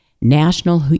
National